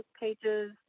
pages